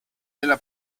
della